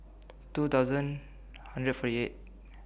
two thousand hundred forty eight